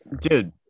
dude